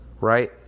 Right